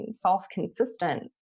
self-consistent